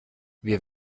wir